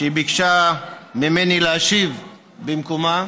שביקשה ממני להשיב במקומה,